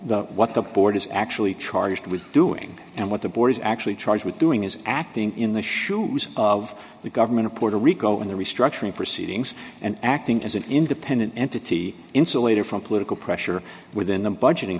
what the board is actually charged with doing and what the board is actually charged with doing is acting in the shoes of the government of puerto rico in the restructuring proceedings and acting as an independent entity insulated from political pressure within the budgeting